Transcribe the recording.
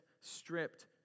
stripped